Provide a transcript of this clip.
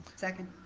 second.